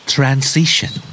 Transition